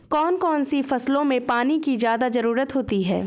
कौन कौन सी फसलों में पानी की ज्यादा ज़रुरत होती है?